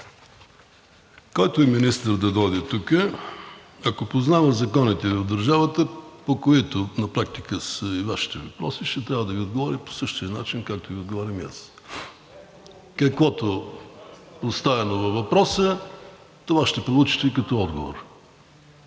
Който и министър да дойде тук, ако познава законите в държавата, по които на практика са Вашите въпроси, ще трябва да Ви отговори по същия начин, както Ви отговарям аз. (Реплики от ДПС.) Каквото е поставено във въпроса, това ще получите като отговор.